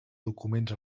documents